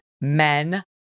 men